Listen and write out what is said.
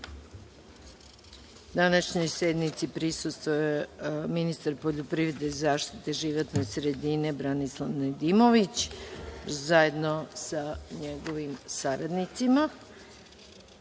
sednici. Današnjoj sednici prisustvuje ministar poljoprivrede i zaštite životne sredine Branislav Nedimović, zajedno sa njegovim saradnicima. Primili